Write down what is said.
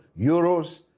euros